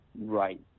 Right